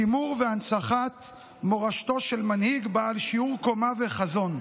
שימור והנצחת מורשתו של מנהיג בעל שיעור קומה וחזון.